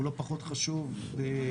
הוא לא פחות חשוב בימי